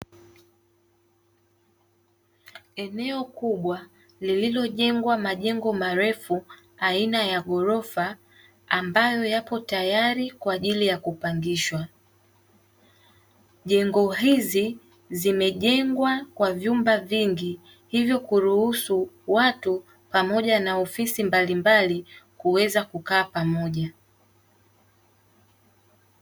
Eneo kubwa lililojengwa majengo malefu aina ya ghorofa ambayo yapo tayali kwaajili ya kupangishwa, jengo hizi zimejengwa kwa vyumba vingi hivyo kuluhusu watu pamoja na ofisi mbalimbali kuweza kukaa pamoja.